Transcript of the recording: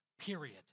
period